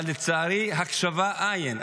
אבל לצערי הקשבה, אין.